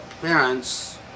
parents